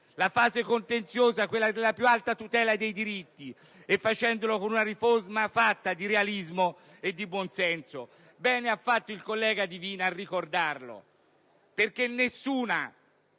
la fase contenziosa, quella della più alta tutela dei diritti - con una riforma di realismo e di buon senso. Bene ha fatto il collega Divina a ricordarlo, perché nessuna